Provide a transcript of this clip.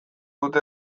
dute